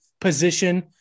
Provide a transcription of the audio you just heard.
position